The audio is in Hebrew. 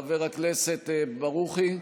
חבר הכנסת ברוכי,